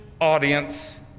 audience